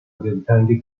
دلتنگ